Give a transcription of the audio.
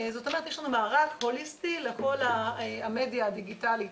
זאת אומרת יש לנו מערך הוליסטי לכל המדיה הדיגיטלית.